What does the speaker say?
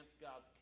God's